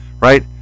Right